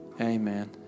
Amen